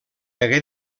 hagué